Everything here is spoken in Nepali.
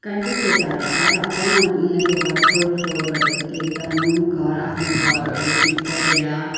कहीँको केटाहरू आएर अचानक उनीहरूको घर तोड फोड गरिदिएको थियो एकदम घर आफ्नो घरहरू भतकाइदिएर